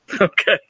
Okay